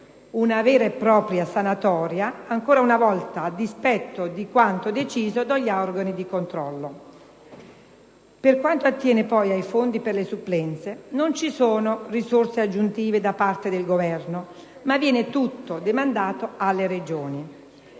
Una vera e propria sanatoria, ancora una volta a dispetto di quanto deciso dagli organi di controllo. Per quanto attiene ai fondi per le supplenze, non ci sono risorse aggiuntive da parte del Governo, ma viene tutto demandato alle Regioni.